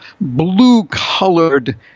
blue-colored